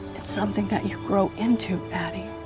it's something you grow into, addie.